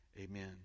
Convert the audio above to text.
amen